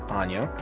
anya,